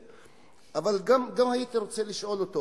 אבל גם הייתי רוצה לשאול אותו,